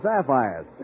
sapphires